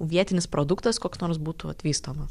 vietinis produktas koks nors būtų atvystomas